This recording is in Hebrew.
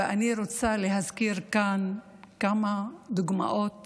ואני רוצה להזכיר כאן כמה דוגמאות